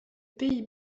pays